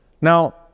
Now